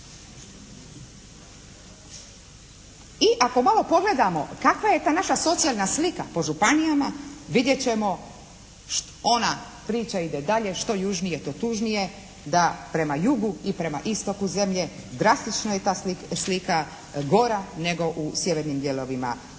I ako malo pogledamo kakva je naša socijalna slika po županijama vidjet ćemo ona priča ide dalje, što južnije to tužnije, da prema jugu i prema istoku zemlje drastično je ta slika gora nego u sjevernim dijelovima zemlje.